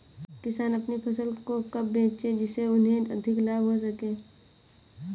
किसान अपनी फसल को कब बेचे जिसे उन्हें अधिक लाभ हो सके?